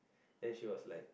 and she was like